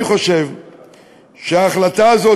אני חושב שההחלטה הזאת,